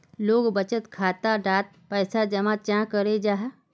लोग बचत खाता डात पैसा जमा चाँ करो जाहा?